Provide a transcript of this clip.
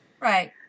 Right